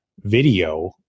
video